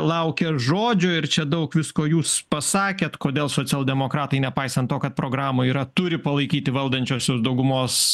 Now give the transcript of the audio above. laukia žodžio ir čia daug visko jūs pasakėt kodėl socialdemokratai nepaisant to kad programoj yra turi palaikyti valdančiosios daugumos